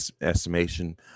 estimation